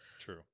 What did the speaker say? True